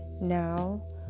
now